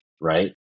Right